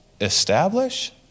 establish